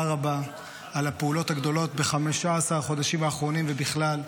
רבה על הפעולות הגדולות ב-15 החודשים האחרונים ובכלל.